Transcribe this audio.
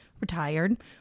retired